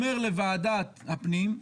אומר לוועדת הפנים: